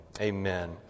Amen